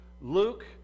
Luke